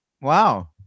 Wow